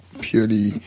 purely